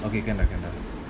okay can lah can lah